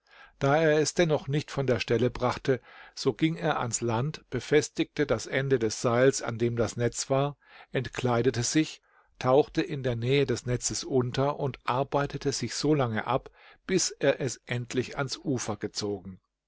da er es dennoch nicht von der stelle brachte so ging er ans land befestigte das ende des seils an dem das netz war entkleidete sich tauchte in der nähe des netzes unter und arbeitete sich so lange ab bis er es endlich ans ufer gezogen